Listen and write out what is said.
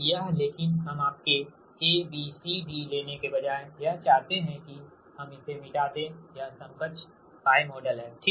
यह लेकिन हम आपके A B C D लेने के बजाय यह चाहते हैं कि हम इसे मिटा देयह समकक्ष π मॉडल हैठीक